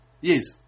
Yes